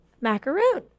macaroon